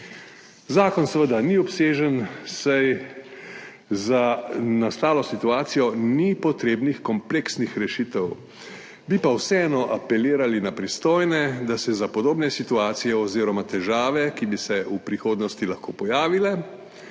Zakon seveda ni obsežen, saj za nastalo situacijo ni potrebnih kompleksnih rešitev, bi pa vseeno apelirali na pristojne, da se za podobne situacije oziroma težave, ki bi se v prihodnosti lahko pojavile,